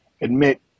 admit